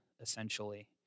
essentially